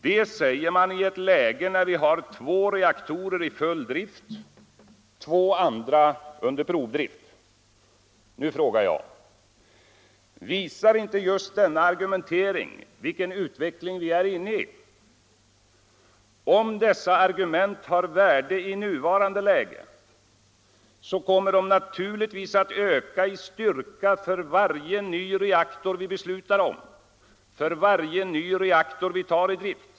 Det säger man i ett läge när vi har två reaktorer i full drift och två andra under provdrift. Nu frågar jag: Visar inte just denna argumentering vilken utveckling vi är inne i? Om dessa argument har värde i nuvarande läge så kommer de naturligtvis att öka i styrka för varje ny reaktor vi beslutar om, för varje ny reaktor vi tar i drift.